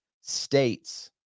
states